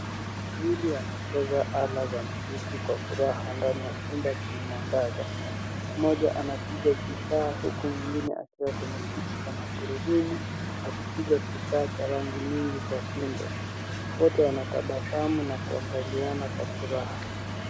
Wawili wanacheza ala za muziki kwa furaha ndani ya chumba chenye mwangaza mmoja anapiga guitar huku mwingine akiwa kwenye kiti cha magurudumu akipiga kifaa cha rangi nyingi kwa tumbo wote anatabasamu na kuangaliana kwa furaha